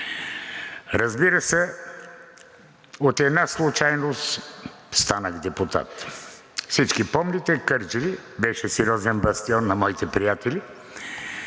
Разбира се, по една случайност станах депутат. Всички помните, Кърджали беше сериозен бастион на моите приятели,